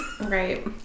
Right